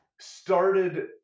started